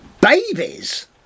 Babies